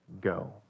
go